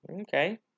Okay